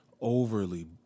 overly